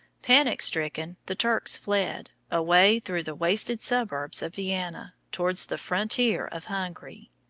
panic-stricken, the turks fled, away through the wasted suburbs of vienna, towards the frontier of hungary.